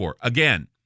Again